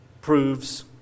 proves